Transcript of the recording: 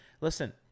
Listen